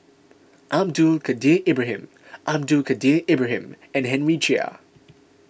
Abdul Kadir Ibrahim Abdul Kadir Ibrahim and Henry Chia